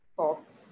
Thoughts